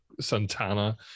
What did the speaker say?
Santana